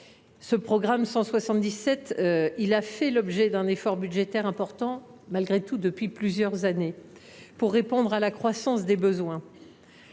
le programme 177 a fait l’objet d’un effort budgétaire important ces dernières années pour répondre à la croissance des besoins.